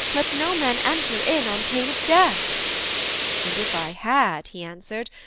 let no man enter in on pain of death and if i had he answered,